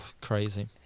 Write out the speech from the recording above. Crazy